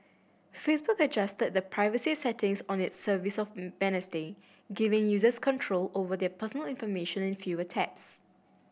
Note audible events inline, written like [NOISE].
Facebook adjusted the privacy settings on its service on [UNINTELLIGIBLE] giving users control over their personal information in fewer taps